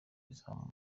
izamu